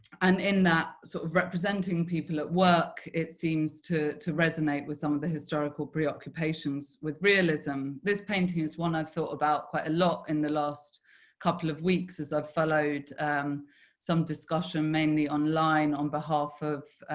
and in that sort of representing people at work, it seems to to resonate with some of the historical preoccupations with realism. this painting is one i've thought about a lot in the last couple of weeks as i've followed some discussion mainly online on behalf of,